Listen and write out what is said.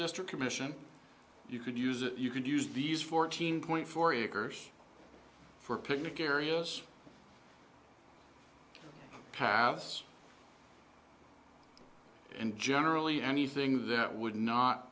district commission you could use it you could use these fourteen point four acres for picnic areas pass and generally anything that would not